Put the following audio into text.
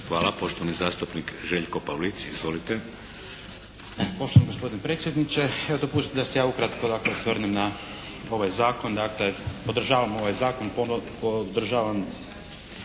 Hvala. Poštovani zastupnik Željko Pavlic. Izvolite. **Pavlic, Željko (MDS)** Poštovani gospodine predsjedniče eto dopustite da se ja ukratko osvrnem na ovaj zakon. Dakle podržavam ovaj zakon, podržavam